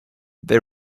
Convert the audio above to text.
they